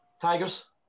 Tigers